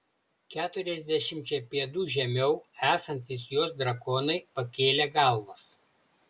keturiasdešimčia pėdų žemiau esantys jos drakonai pakėlė galvas